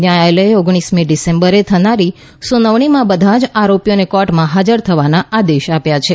ન્યાયલયે ઓગણીસમી ડિસેમ્બરે થનારી સુનાવણીમાં બધા જ આરોપીઓને કોર્ટમાં હાજર થવા આદેશ આપ્યો છે